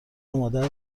آماده